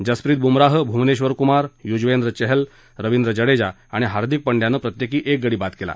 जसप्रीत बुमराह भूवनेश्वर कुमार युजवेंद्र चहल रवींद्र जडेजा आणि हार्दिक पंड्यानं प्रत्येकी एक गडी बाद केला